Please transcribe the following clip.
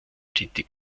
tätig